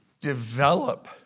Develop